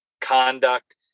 conduct